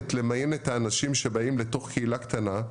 היכולת למיין את האנשים שבאים לתוך קהילה קטנה,